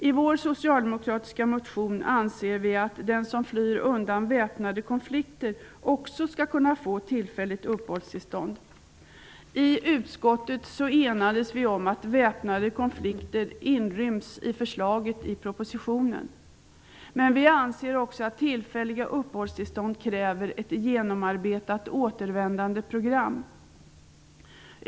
I vår socialdemokratiska motion anser vi att den som flyr undan väpnade konflikter också skall kunna få tillfälligt uppehållstillstånd. I utskottet enades vi om att väpnade konflikter inryms i förslaget i propositionen, men vi anser också att tillfälliga uppehållstillstånd kräver ett genomarbetat återvändandeprogram.